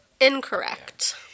Incorrect